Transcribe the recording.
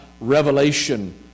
Revelation